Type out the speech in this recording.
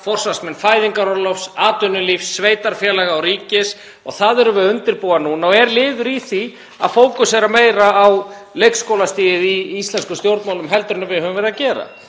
forsvarsmenn fæðingarorlofs, atvinnulífs, sveitarfélaga og ríkis. Það erum við að undirbúa núna og er liður í því að fókusera meira á leikskólastigið í íslenskum stjórnmálum en við höfum verið að gera